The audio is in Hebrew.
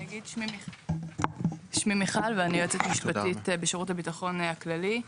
שמי מ' ואני יועצת משפטית בשירות הביטחון הכללי.